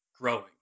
growing